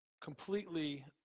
completely